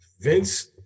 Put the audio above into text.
Vince